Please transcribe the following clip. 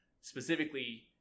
specifically